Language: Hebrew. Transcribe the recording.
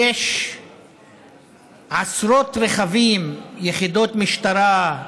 יש עשרות רכבים, יחידות משטרה,